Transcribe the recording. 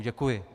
Děkuji.